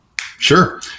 Sure